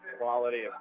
Quality